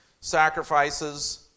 sacrifices